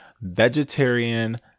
vegetarian